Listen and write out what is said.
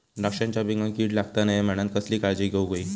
द्राक्षांच्या पिकांक कीड लागता नये म्हणान कसली काळजी घेऊक होई?